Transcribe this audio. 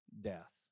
death